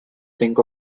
think